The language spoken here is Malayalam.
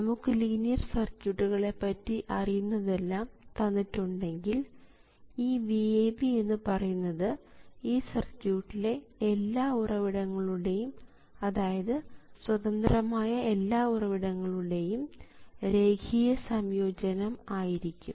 നമുക്ക് ലീനിയർ സർക്യൂട്ടുകളെ പറ്റി അറിയുന്നതെല്ലാം തന്നിട്ടുണ്ടെങ്കിൽ ഈ VAB എന്ന് പറയുന്നത് ഈ സർക്യൂട്ടിലെ എല്ലാ ഉറവിടങ്ങളുടെയും അതായത് സ്വതന്ത്രമായ എല്ലാ ഉറവിടങ്ങളുടെയും രേഖീയ സംയോജനം ആയിരിക്കും